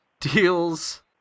Deals